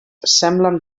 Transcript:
semblen